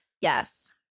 Yes